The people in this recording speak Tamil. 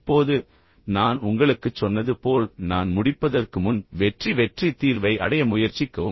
இப்போது நான் உங்களுக்குச் சொன்னது போல் நான் முடிப்பதற்கு முன் வெற்றி வெற்றி தீர்வை அடைய முயற்சிக்கவும்